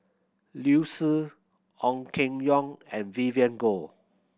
Liu Si Ong Keng Yong and Vivien Goh